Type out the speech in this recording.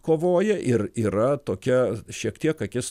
kovoja ir yra tokia šiek tiek akis